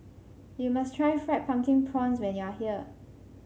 you must try Fried Pumpkin Prawns when you are here